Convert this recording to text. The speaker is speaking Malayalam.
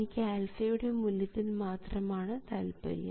എനിക്ക് α യുടെ മൂല്യത്തിൽ മാത്രമാണ് താല്പര്യം